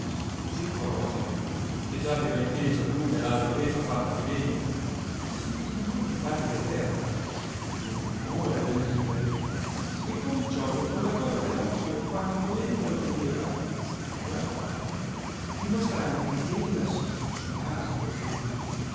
casa simforosia che già aveva intesa una e altra beffa fatta a filenio s ingegnò di farli la terza non minore delle due e cominciollo con la coda dell occhio quando ella lo vedeva guatare dimostrandoli che ella si consumava per lui